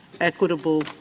equitable